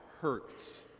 hurts